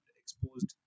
exposed